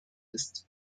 ist